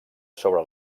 sobre